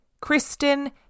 Kristen